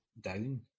down